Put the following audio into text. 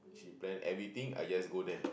she plan everything I just go there